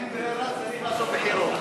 אין ברירה, צריך לעשות בחירות.